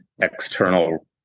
external